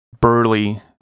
burly